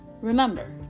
Remember